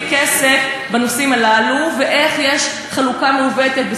כסף בנושאים הללו ואיך יש חלוקה מעוותת,